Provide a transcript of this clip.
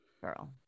girl